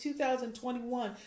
2021